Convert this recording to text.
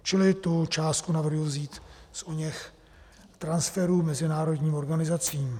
Čili tu částku navrhuji vzít z oněch transferů mezinárodním organizacím.